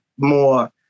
more